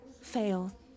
fail